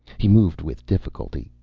he moved with difficulty,